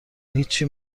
هیچی